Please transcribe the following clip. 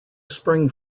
spring